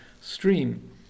stream